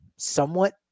somewhat